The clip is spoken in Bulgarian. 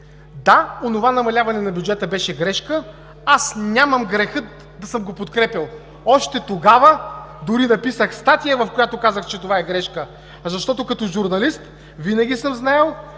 да, онова намаляване на бюджета беше грешка. Аз нямам греха да съм го подкрепял. Още тогава написах статия, в която казах, че това е грешка. Защото като журналист винаги съм знаел,